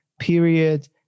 period